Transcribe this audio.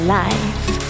life